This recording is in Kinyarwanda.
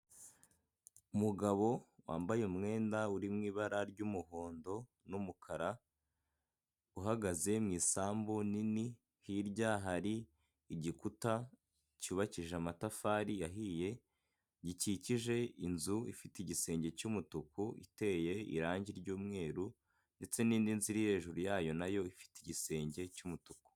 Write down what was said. Umugabo wambaye umwenda uri mu ibara ry'umuhondo n'umukara, uhagaze mu isambu nini hirya hari igikuta cyubakije amatafari ahiye, gikikije inzu ifite igisenge cy'umutuku iteye irangi ry'umweru, ndetse n'indi nzu iri hejuru yayo nayo ifite igisenge cy'umutuku.